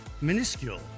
minuscule